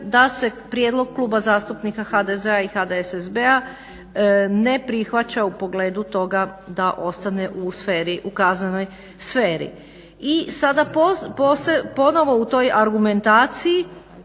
da se prijedlog Kluba zastupnika HDZ-a i HDSSB-a ne prihvaća u pogledu toga da ostane u sferi, u kaznenoj sferi. I sada ponovo u toj argumentaciji